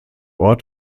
ort